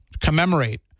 commemorate